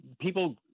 people